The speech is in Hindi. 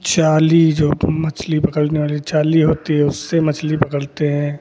जाली जो कि मछली पकड़ने वाली जाली होती है उससे मछली पकड़ते हैं